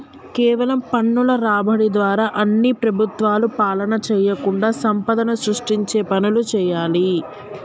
కేవలం పన్నుల రాబడి ద్వారా అన్ని ప్రభుత్వాలు పాలన చేయకుండా సంపదను సృష్టించే పనులు చేయాలి